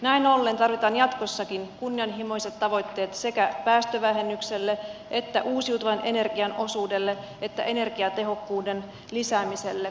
näin ollen tarvitaan jatkossakin kunnianhimoiset tavoitteet sekä päästövähennykselle että uusiutuvan energian osuudelle että energiatehokkuuden lisäämiselle